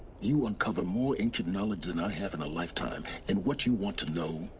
you uncover more ancient knowledge than i have in a lifetime, and what you want to know.